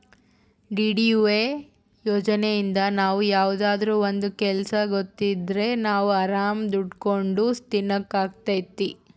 DDUA ಯೋಜನೆಇಂದ ನಾವ್ ಯಾವ್ದಾದ್ರೂ ಒಂದ್ ಕೆಲ್ಸ ಗೊತ್ತಿದ್ರೆ ನಾವ್ ಆರಾಮ್ ದುಡ್ಕೊಂಡು ತಿನಕ್ ಅಗ್ತೈತಿ